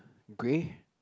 grey